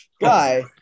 guy